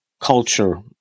culture